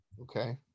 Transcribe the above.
Okay